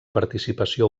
participació